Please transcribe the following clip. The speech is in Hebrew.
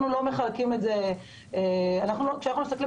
כשיש בעיה